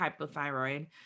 hypothyroid